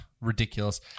ridiculous